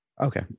Okay